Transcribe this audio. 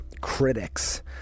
critics